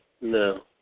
No